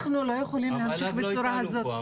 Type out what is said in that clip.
המל"ג לא איתנו פה.